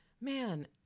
man